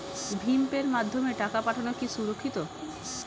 ভিম পের মাধ্যমে টাকা পাঠানো কি সুরক্ষিত?